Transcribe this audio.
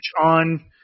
on